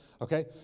okay